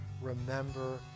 remember